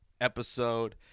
episode